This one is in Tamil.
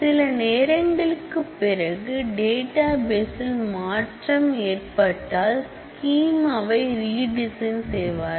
சில நேரங்களுக்குப் பிறகு டேட்டா பேசில் மாற்றம் ஏற்பட்டால் ஸ்கிமாவை ரிடிசைன் செய்வார்கள்